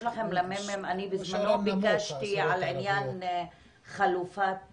בזמנו אני ביקשתי על עניין חלופות